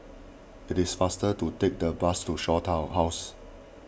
it is faster to take the bus to Shaw Tower House